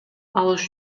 алыш